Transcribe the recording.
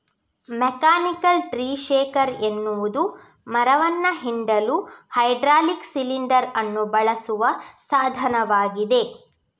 mechanical tree shaker ಎನ್ನುವುದು ಮರವನ್ನ ಹಿಂಡಲು ಹೈಡ್ರಾಲಿಕ್ ಸಿಲಿಂಡರ್ ಅನ್ನು ಬಳಸುವ ಸಾಧನವಾಗಿದೆ